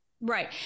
Right